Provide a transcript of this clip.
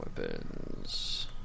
Weapons